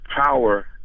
power